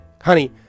Honey